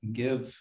give